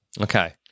okay